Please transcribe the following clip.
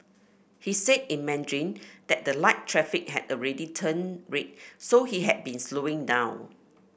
he said in Mandarin that the light traffic had already turned red so he had been slowing down